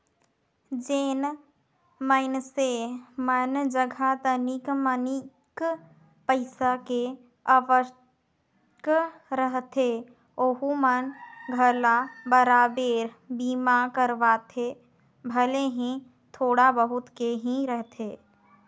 जेन मइनसे मन जघा तनिक मनिक पईसा के आवक रहथे ओहू मन घला बराबेर बीमा करवाथे भले ही थोड़ा बहुत के ही रहें